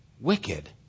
wicked